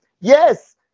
yes